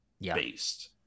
based